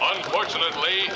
Unfortunately